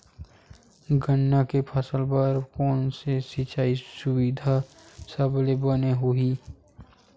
गन्ना के फसल बर कोन से सिचाई सुविधा सबले बने होही?